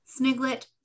Sniglet